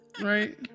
Right